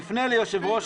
יפנה ליושב-ראש